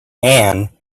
ann